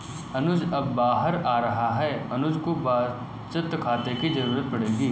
अनुज अब बाहर जा रहा है अनुज को बचत खाते की जरूरत पड़ेगी